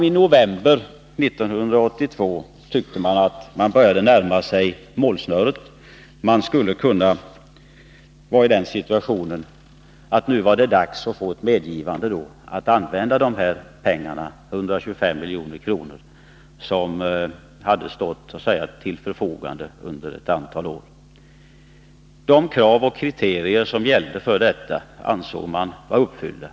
I november 1982 tyckte man emellertid att man började närma sig målsnöret. Man tyckte att det var dags att få löfte om att använda de 125 milj.kr. som så att säga hade stått till förfogande under ett antal år. De krav och kriterier som gällde för detta ansågs vara uppfyllda.